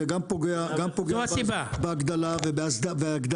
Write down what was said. אז זה גם פוגע בהגדלה המוסדרת.